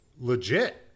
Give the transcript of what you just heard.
legit